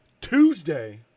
Tuesday